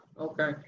okay